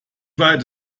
weit